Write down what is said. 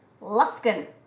Luskin